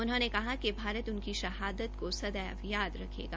उन्होंने कहा कि भारत उनकी शहादत को सदैव याद रखेगा